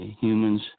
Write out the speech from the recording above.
Humans